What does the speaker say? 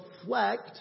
reflect